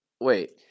Wait